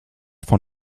von